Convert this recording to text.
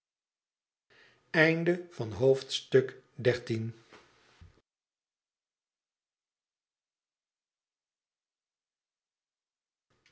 hoofdstuk van het